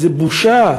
זה בושה,